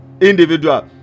individual